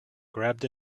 grabbed